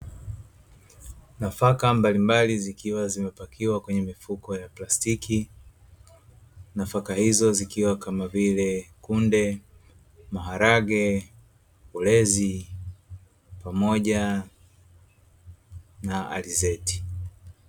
Nafaka mbalimbali zikiwa zimepakiwa kwenye mifuko ya plastiki nafaka hizo zikiwa kama vile; kunde, maharage, ulezi, pamoja na alizeti.